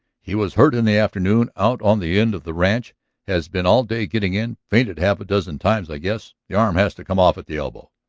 he was hurt in the afternoon out on the end of the ranch has been all day getting in fainted half a dozen times, i guess. the arm has to come off at the elbow.